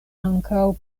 ankaŭ